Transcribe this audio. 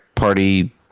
party